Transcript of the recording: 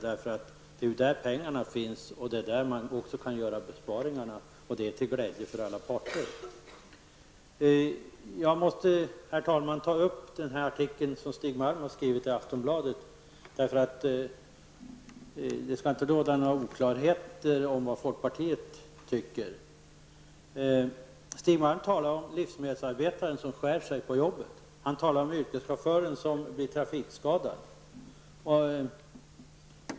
Det är ju där pengarna finns och det är där man kan göra besparingar, vilket är till glädje för alla parter. Jag måste, herr talman, för att det inte skall råda några oklarheter om vad folkpartiet tycker, ta upp den artikel som Stig Malm har skrivit i Aftonbladet. Stig Malm talar om livsmedelsarbetaren som skär sig på jobbet och yrkeschauffören som blir trafikskadad.